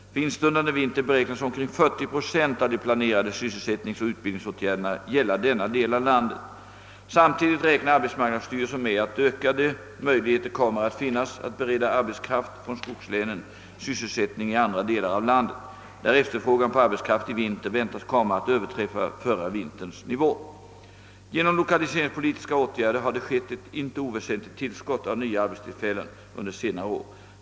För instundande vinter beräknas omkring 40 procent av de planerade sysselsättningsoch utbildnings åtgärderna gälla denna del av landet. Samtidigt räknar arbetsmarknadsstyrelsen med att ökade möjligheter kommer att finnas att bereda arbetskraft från skogslänen sysselsättning i andra delar av landet, där efterfrågan på arbetskraft i vinter väntas komma att överträffa förra vinterns nivå. Genom lokaliseringspolitiska åtgärder har det skett ett inte oväsentligt tillskott av nya arbetstillfällen under senare år.